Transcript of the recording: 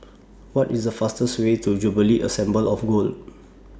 What IS The fastest Way to Jubilee Assembly of God